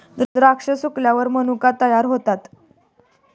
द्राक्षे सुकल्यावर मनुका तयार होतात